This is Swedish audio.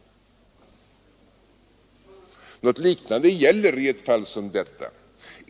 Något liknande gäller i ett fall som detta.